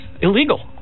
illegal